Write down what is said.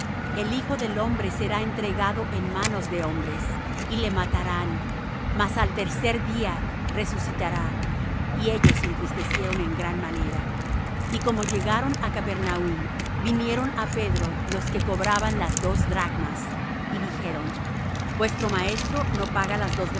el hijo del hombre será entregado en manos de hombres y le matarán mas al tercer día resucitará